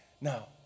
Now